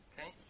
Okay